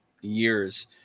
years